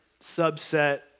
subset